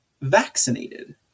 vaccinated